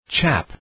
Chap